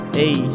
hey